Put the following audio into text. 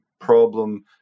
problem